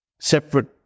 separate